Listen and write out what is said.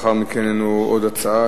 לאחר מכן בפנינו עוד הצעה,